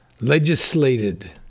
legislated